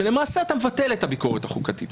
שלמעשה אתה מבטל את הביקורת החוקתית.